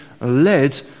led